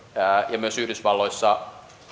ja myös yhdysvalloissa